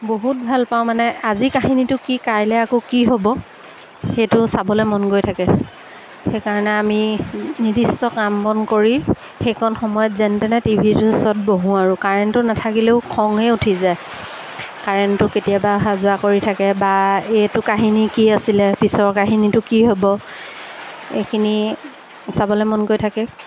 বহুত ভাল পাওঁ মানে আজি কাহিনীটো কি কাইলৈ আকৌ কি হ'ব সেইটো চাবলৈ মন গৈ থাকে সেইকাৰণে আমি নিৰ্দিষ্ট কাম বন কৰি সেইকণ সময়ত যেনতেনে টি ভিটোৰ ওচৰত বহোঁ আৰু কাৰেণ্টো নাথাকিলেও খঙেই উঠি যায় কাৰেণ্টটো কেতিয়াবা অহা যোৱা কৰি থাকে বা এইটো কাহিনী কি আছিলে পিছৰ কাহিনীটো কি হ'ব এইখিনি চাবলৈ মন গৈ থাকে